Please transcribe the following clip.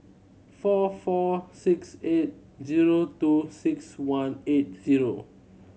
four four six eight zero two six one eight zero